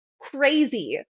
crazy